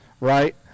right